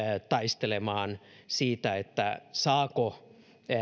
taistelemaan siitä saako